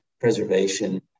preservation